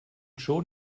schon